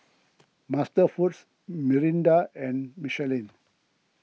MasterFoods Mirinda and Michelin